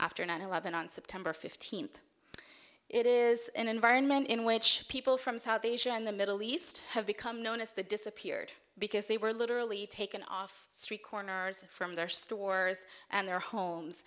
after nine eleven on september fifteenth it is an environment in which people from south asia and the middle east have become known as the disappeared because they were literally taken off the street corners from their stores and their homes